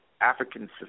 African